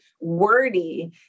wordy